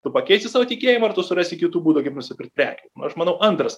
tu pakeisi savo tikėjimą ir tu surasi kitų būdų kaip nusipirkt prekių nu aš manau antras